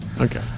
Okay